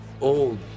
old